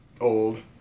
Old